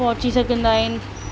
पहुची सघंदा आहिनि